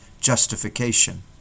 justification